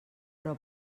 però